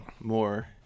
more